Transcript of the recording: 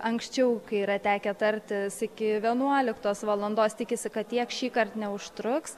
anksčiau kai yra tekę tartis iki vienuoliktos valandos tikisi kad tiek šįkart neužtruks